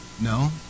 No